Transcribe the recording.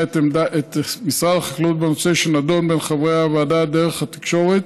את משרד החקלאות בנושא שנדון בין חברי הוועדה דרך התקשורת,